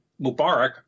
Mubarak